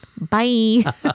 Bye